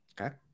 Okay